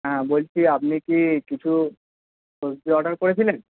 হ্যাঁ বলছি আপনি কি কিছু সবজি অর্ডার করেছিলেন